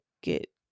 get